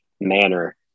manner